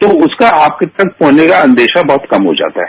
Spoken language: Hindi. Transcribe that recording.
तो उसका आप तक पहुंचने का अंदेशा बहुत कम हो जाता है